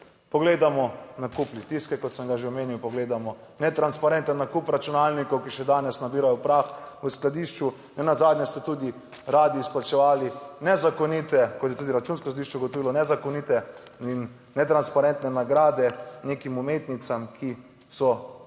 Pogledamo nakup Litijske, kot sem ga že omenil, pogledamo netransparenten nakup računalnikov, ki še danes nabirajo prah v skladišču, nenazadnje ste tudi radi izplačevali nezakonite, kot je tudi Računsko sodišče ugotovilo, nezakonite in netransparentne nagrade nekim umetnicam, ki so poleg